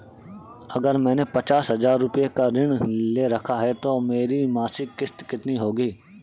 अगर मैंने पचास हज़ार रूपये का ऋण ले रखा है तो मेरी मासिक किश्त कितनी होगी?